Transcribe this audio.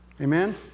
Amen